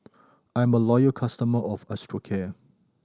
I'm a loyal customer of Osteocare